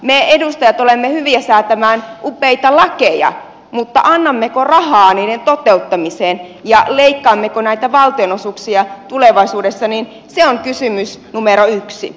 me edustajat olemme hyviä säätämään upeita lakeja mutta annammeko rahaa niiden toteuttamiseen ja leikkaammeko näitä valtionosuuksia tulevaisuudessa se on kysymys numero yksi